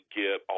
get